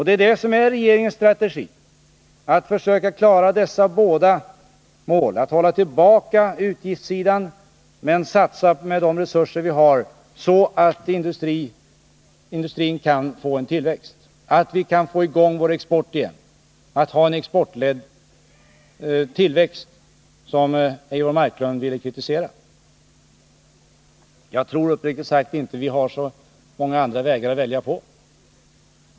Det är det som är regeringens strategi — att försöka klara dessa båda mål, att hålla tillbaka utgiftssidan men satsa, med de resurser vi har, så att industrin kan få en tillväxt, så att vi kan få i gång vår export igen, få en exportledd tillväxt, vilket Eivor Marklund ville kritisera. Jag tror uppriktigt sagt inte att vi har så många andra vägar att välja på.